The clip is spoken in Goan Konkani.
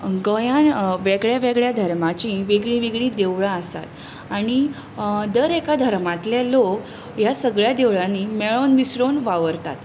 गोंयांत वेगळ्या वेगळ्या धर्माचीं वेगळीं वेगळीं देवळां आसात आनी दर एका धर्मांतले लोक ह्या सगळ्या देवळांनी मेळून मिसळून वावरतात